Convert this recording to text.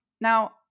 Now